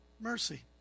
mercy